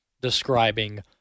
describing